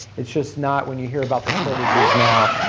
it's just not when you hear about the shortages now,